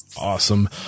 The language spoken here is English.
Awesome